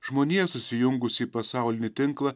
žmonija susijungusi į pasaulinį tinklą